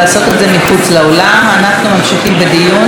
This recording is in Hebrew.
אנחנו ממשיכים בדיון ומבקשים שקט.